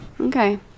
Okay